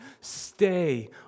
Stay